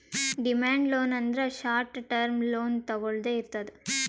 demand loan ಅಂದ್ರ short term loan ತೊಗೊಳ್ದೆ ಇರ್ತದ್